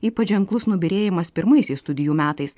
ypač ženklus nubyrėjimas pirmaisiais studijų metais